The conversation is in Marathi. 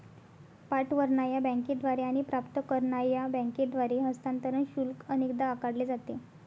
पाठवणार्या बँकेद्वारे आणि प्राप्त करणार्या बँकेद्वारे हस्तांतरण शुल्क अनेकदा आकारले जाते